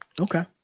Okay